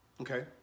Okay